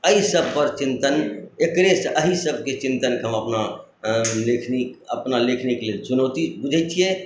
एहि सब पर चिन्तन एकरे ए हि सबकेँ चिन्तनके हम अपना लेखनी अपना लेखनीके लेल चुनौती बुझैत छियै आओर